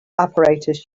apparatus